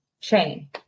chain